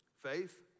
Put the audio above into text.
Faith